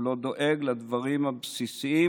הוא לא דואג לדברים הבסיסיים,